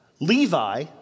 Levi